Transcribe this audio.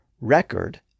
RECORD